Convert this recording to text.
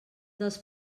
dels